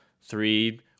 Three